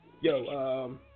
Yo